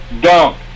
Dunk